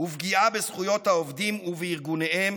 ופגיעה בזכויות העובדים ובארגוניהם